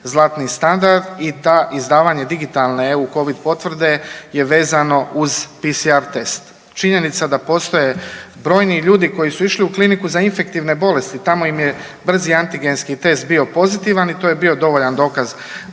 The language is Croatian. zlatni standard i da izdavanje digitalne EU Covid potvrde je vezano uz PCR test. Činjenica da postoje brojni ljudi koji su išli u Kliniku za infektivne bolesti tamo im je brzi antigenski test bio pozitivan i to je bio dovoljan dokaz